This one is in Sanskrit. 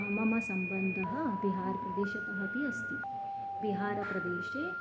मम सम्बन्धः बिहार् प्रदेशतः अपि अस्ति बिहारप्रदेशे